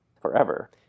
forever